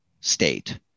state